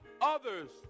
others